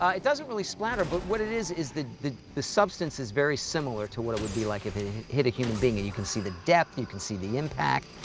it doesn't really splatter, but what it is, is the the the substance is very similar to what it would be like if it it hit a human being. you can see the depth. you can see the impact.